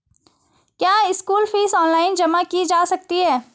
क्या school fees online जमा की जा सकती है?